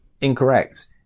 Incorrect